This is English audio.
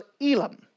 Elam